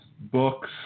books